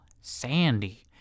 Sandy